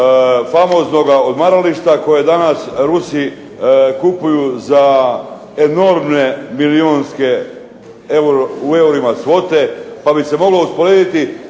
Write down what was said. famoznoga odmarališta koje je danas Rusi kupuju za enormne milijonske u eurima svote, pa bi se moglo usporediti